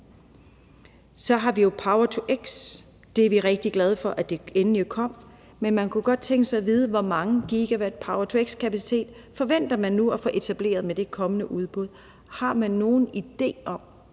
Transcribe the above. Så har vi jo power-to-x. Vi er rigtig glade for, at det endelig kom, men vi kunne godt tænke os at vide, hvor mange gigawatt power-to-x-kapacitet man forventer at få etableret med det kommende udbud. Har man nogen idé om,